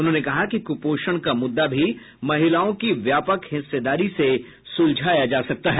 उन्होंने कहा कि कुपोषण का मुद्दा भी महिलाओं की व्यापक हिस्सेदारी से सुलझाया जा सकता है